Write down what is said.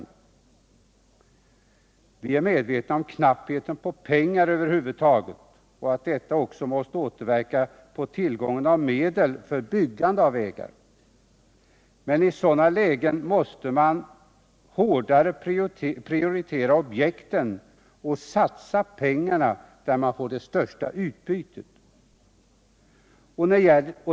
Vi är medvetna om knappheten på pengar över huvud taget och att detta också måste återverka på tillgången på medel för byggande av vägar. Men i sådana lägen måste man hårdare prioritera objekten och satsa pengarna där man får det största utbytet.